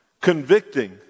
convicting